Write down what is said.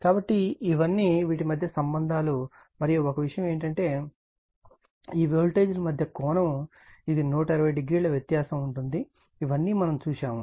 కాబట్టి ఇవన్నీ వీటి మధ్య సంబంధాలు మరియు ఒక విషయం ఏమిటంటే ఈ వోల్టేజ్ ల మధ్య కోణం ఇది 120o వ్యత్యాసం ఉంటుంది ఇవన్నీ మనం చూశాము